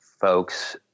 folks